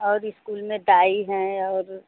और स्कूल में दाई हैं और